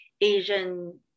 Asian